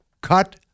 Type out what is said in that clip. cut